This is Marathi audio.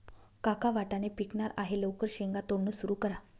काका वाटाणे पिकणार आहे लवकर शेंगा तोडणं सुरू करा